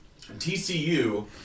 TCU